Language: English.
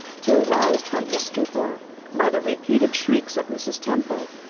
till roused from his stupor by the repeated shrieks of mrs. temple.